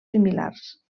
similars